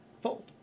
fold